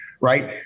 right